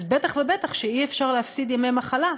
אז בטח ובטח שאי-אפשר להפסיד ימי מחלה.